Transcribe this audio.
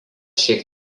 šiek